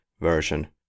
version